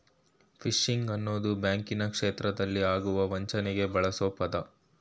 fishing ಅನ್ನೋದು ಬ್ಯಾಂಕಿನ ಕ್ಷೇತ್ರದಲ್ಲಿ ಆಗುವ ವಂಚನೆಗೆ ಬಳ್ಸೊ ಪದ